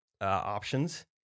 options